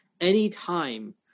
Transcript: Anytime